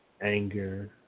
anger